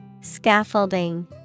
Scaffolding